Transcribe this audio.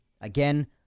Again